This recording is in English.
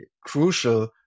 crucial